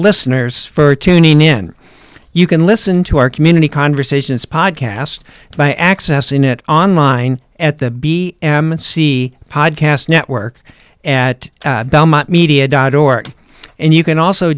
listeners for tuning in you can listen to our community conversations podcast by accessing it online at the b m c podcast network at belmont media dot org and you can also